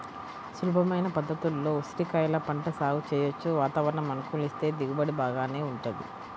సులభమైన పద్ధతుల్లో ఉసిరికాయల పంట సాగు చెయ్యొచ్చు, వాతావరణం అనుకూలిస్తే దిగుబడి గూడా బాగానే వుంటది